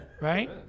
Right